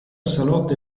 salotto